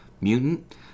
Mutant